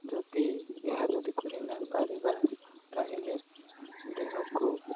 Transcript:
ଯଦି ଏହା ଯଦି କରି ନାଇପାରିବା ତାହେଲେ ଦେହକୁ